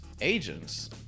agents